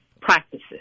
practices